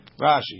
Rashi